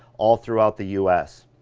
all throughout the u s.